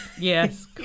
Yes